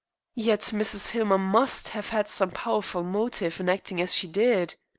yet mrs. hillmer must have had some powerful motive in acting as she did.